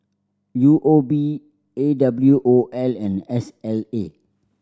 U O B A W O L and S L A